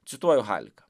cituoju haliką